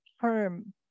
term